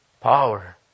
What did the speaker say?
Power